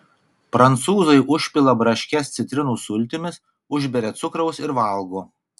prancūzai užpila braškes citrinų sultimis užberia cukraus ir valgo